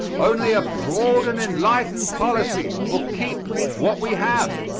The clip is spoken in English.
only a broad and enlightened policy will keep what we have.